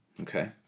okay